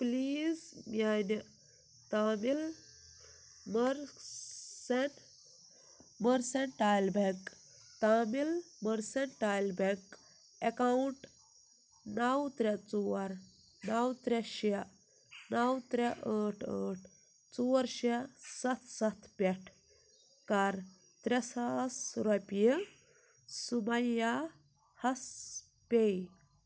please میانہِ تامِل مٔرسن mercantile bank Tamil mercantile bank account نو ترٛےٚ ژور نو ترٛےٚ شےٚ نو ترٛےٚ ٲٹھ ٲٹھ ژور شےٚ سَتھ سَتھ پٮ۪ٹھ کَر ترٛےٚ ساس رۄپیہِ سُمَیاہَس پے